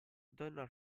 donna